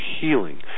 healing